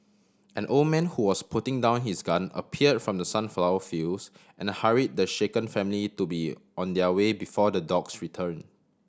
an old man who was putting down his gun appear from the sunflower fields and hurry the shaken family to be on their way before the dogs return